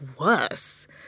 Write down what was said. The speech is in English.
worse